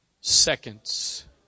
seconds